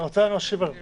אני רוצה להשיב על זה.